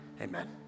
Amen